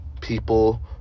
people